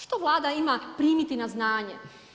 Što Vlada ima primiti na znanje?